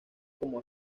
como